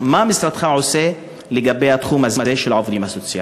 מה משרדך עושה בתחום הזה של העובדים הסוציאליים?